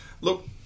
look